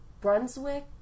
Brunswick